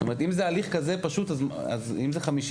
אם זה 50,000 או 60,000,